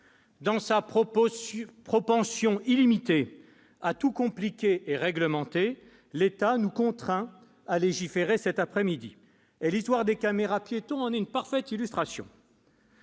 Dans sa propension illimitée à tout compliquer et réglementer, l'État nous contraint à légiférer aujourd'hui. L'exemple des caméras-piétons en est une parfaite illustration.